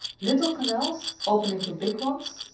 little canals open into big ones,